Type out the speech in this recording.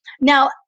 Now